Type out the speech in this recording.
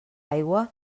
aigua